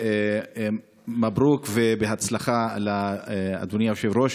מברוק ובהצלחה לאדוני היושב-ראש.